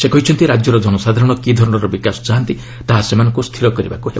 ସେ କହିଛନ୍ତି ରାଜ୍ୟର ଜନସାଧାରଣ କି ଧରଣର ବିକାଶ ଚାହାନ୍ତି ତାହା ସେମାନଙ୍କୁ ସ୍ଥିର କରିବାକୁ ହେବ